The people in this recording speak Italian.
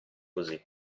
così